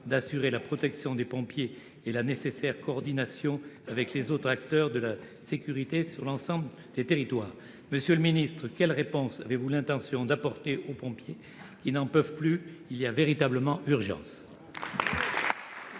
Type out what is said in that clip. d'assurer la protection des pompiers et la nécessaire coordination avec les autres acteurs de la sécurité sur l'ensemble des territoires. Monsieur le secrétaire d'État, quelle réponse avez-vous l'intention d'apporter aux pompiers, qui n'en peuvent plus ? Il y a véritablement urgence ! La parole est